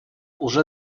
уже